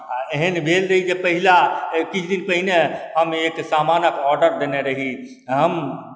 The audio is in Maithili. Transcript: आओर एहन भेल रहै जे पहिला किछु दिन पहिने हम एक समानक ऑडर देने रही हम